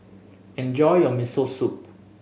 enjoy your Miso Soup